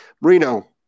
Marino